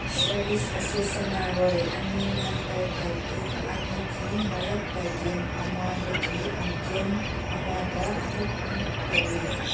service ꯑꯁꯦ ꯁꯥꯟꯅꯔꯣꯏ ꯑꯅꯤ ꯅꯠꯇ꯭ꯔꯒ ꯇꯤꯝ ꯑꯅꯤꯒꯤ ꯃꯔꯛꯇ ꯒꯦꯝ ꯑꯃꯗꯒꯤ ꯒꯦꯝ ꯑꯃꯗ ꯑꯃꯨꯛ ꯑꯃꯨꯛ ꯇꯧꯋꯤ